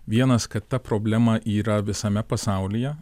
vienas kad ta problema yra visame pasaulyje